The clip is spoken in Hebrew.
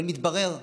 אבל מתברר שמההורים,